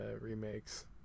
remakes